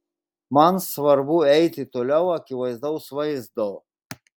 man svarbu eiti toliau akivaizdaus vaizdo